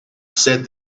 said